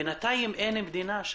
בינתיים אין שם מדינה.